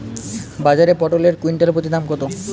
বাজারে পটল এর কুইন্টাল প্রতি দাম কত?